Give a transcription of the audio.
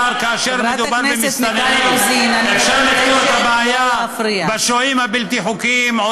תפתרו את הבעיות החברתיות.